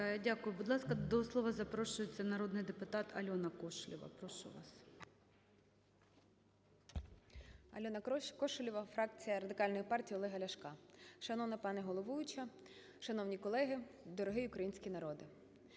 Дякую. Будь ласка, до слова запрошується народний депутат Альона Кошелєва, прошу вас. 13:53:34 КОШЕЛЄВА А.В. Альона Кошелєва, фракція Радикальної партії Олега Ляшка. Шановна пані головуюча, шановні колеги, дорогий український народе!